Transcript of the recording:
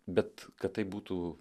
bet kad tai būtų